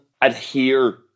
adhere